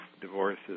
divorces